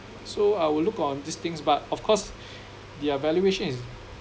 so I will look on these things but of course their valuation is